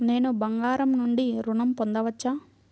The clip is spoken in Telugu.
నేను బంగారం నుండి ఋణం పొందవచ్చా?